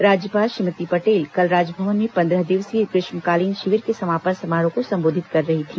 राज्यपाल श्रीमती पटेल कल राजभवन में पंद्रह दिवसीय ग्रीष्मकालीन शिविर के समापन समारोह को संबोधित कर रही थी